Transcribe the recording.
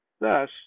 THUS